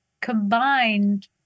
combined